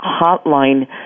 hotline